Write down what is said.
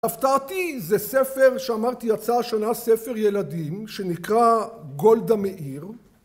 ךהפתעתי, זה ספר - שאמרתי, יצא השנה ספר ילדים שנקרא "גולדה מאיר"...